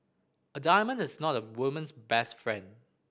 a diamond is not a woman's best friend